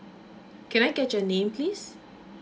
can I get your name please